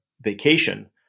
vacation